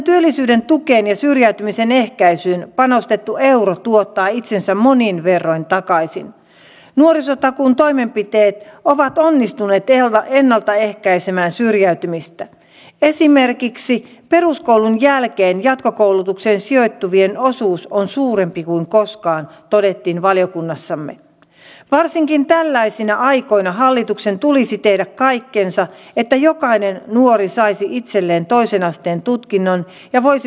puuttuisin nyt tähän käytyyn keskusteluun siltä osin että mielestäni on vähän valitettavaa se että kun me opposition edustajat täällä esitämme mielestäni ihan asiallisia kysymyksiä ja kommentteja näihin kysymyksiin jotka tänään ovat esillä niin aika usein täältä sitten aletaan salin puolelta hallituksen riveistä haastamaan näillä peruutuspeilipeleillä tätä kuviota